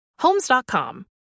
homes.com